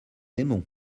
aimons